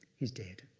he's dead.